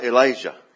Elijah